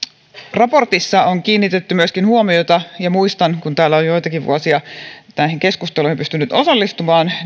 raportissa on kiinnitetty huomiota myöskin näihin kehyksen ulkopuolisiin menoihin ja muistan kun täällä olen joitakin vuosia näihin keskusteluihin pystynyt osallistumaan